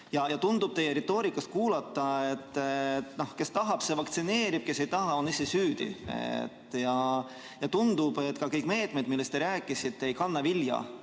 väga väike. Teie retoorikat kuulates tundub, et kes tahab, see vaktsineerib, kes ei taha, on ise süüdi. Ja tundub, et ka kõik meetmed, millest te rääkisite, ei kanna vilja.